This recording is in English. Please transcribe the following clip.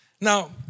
Now